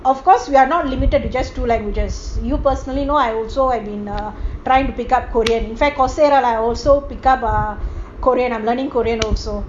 of course we are not limited to just two languages you personally know I also I've been trying to pick up korean in fact coursera I also pick up korean I'm learning korean also